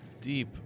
deep